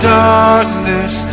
darkness